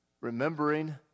remembering